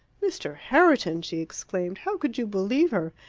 mr. herriton! she exclaimed. how could you believe her?